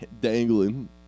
dangling